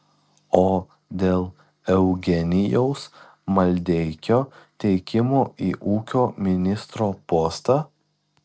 o dėl eugenijaus maldeikio teikimo į ūkio ministro postą